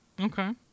okay